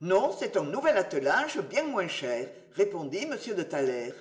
non c'est un nouvel attelage bien moins cher répondit m de thaler